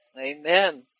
Amen